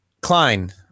Klein